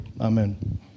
Amen